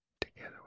together